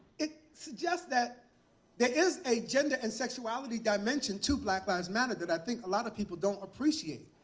it suggests that there is a gender and sexuality dimension to black lives matter that i think a lot of people don't appreciate.